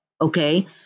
Okay